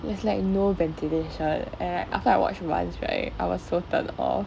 there's like no ventilation and after I watch once right I was so turned off